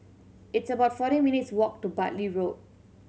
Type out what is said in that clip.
it's about forty minutes' walk to Bartley Road